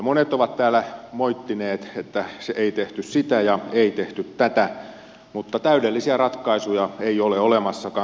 monet ovat täällä moittineet että ei tehty sitä ja ei tehty tätä mutta täydellisiä ratkaisuja ei ole olemassakaan